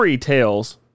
tales